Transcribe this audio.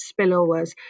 spillovers